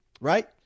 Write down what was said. right